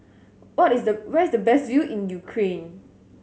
what is the where is the best view in Ukraine